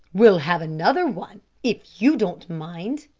we'll have another one, if you don't mind,